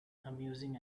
amusing